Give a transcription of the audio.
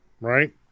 Right